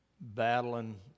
battling